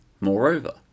Moreover